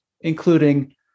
including